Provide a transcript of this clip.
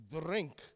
drink